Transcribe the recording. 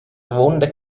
avunda